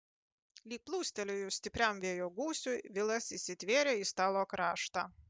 lyg pūstelėjus stipriam vėjo gūsiui vilas įsitvėrė į stalo kraštą